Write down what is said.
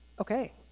Okay